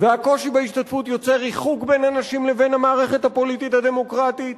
והקושי בהשתתפות יוצר ריחוק בין אנשים לבין המערכת הפוליטית הדמוקרטית,